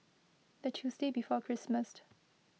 the tuesday before Christmas